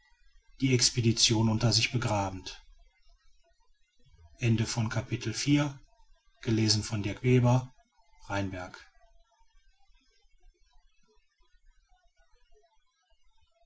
die expedition unter sich begrabend